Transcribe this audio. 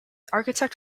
architect